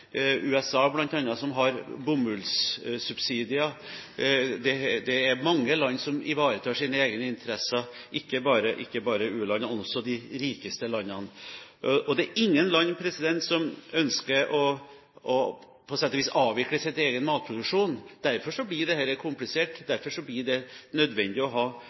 USA bl.a., som har bomullssubsidier. Det er mange land som ivaretar sine egne interesser, ikke bare u-landene, men også de rikeste landene. Og det er ingen land som ønsker å avvikle sin egen matproduksjon. Derfor blir dette komplisert, derfor blir det nødvendig å ha